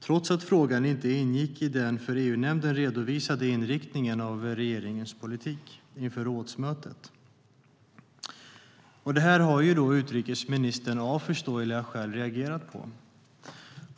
trots att frågan inte ingick i den för EU-nämnden redovisade inriktningen av regeringens politik inför rådsmötet. Det här har utrikesministern av förståeliga skäl reagerat på.